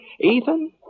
Ethan